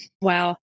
Wow